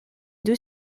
deux